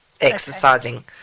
exercising